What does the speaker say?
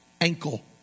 ankle